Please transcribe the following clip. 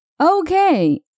Okay